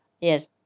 Yes